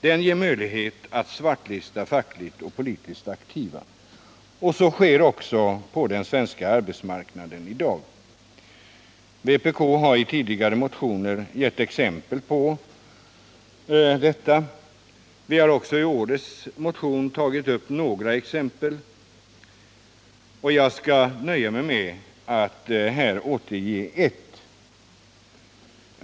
Den ger möjlighet att svartlista fackligt och politiskt aktiva. Så sker också på den svenska arbetsmarknaden i dag. Vpk hari tidigare motioner gett exempel på detta. Vi har också i årets motion tagit fram några sådana. Jag skall nöja mig med att här återge ett.